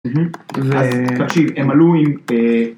אז תקשיב הם עלו עם